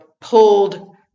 pulled